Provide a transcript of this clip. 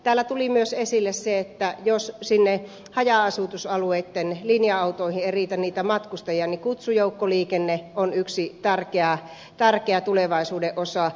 täällä tuli myös esille se että jos sinne haja asutusalueitten linja autoihin ei riitä niitä matkustajia niin kutsujoukkoliikenne on yksi tärkeä tulevaisuuden osa